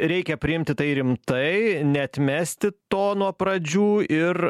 reikia priimti tai rimtai neatmesti to nuo pradžių ir